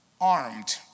armed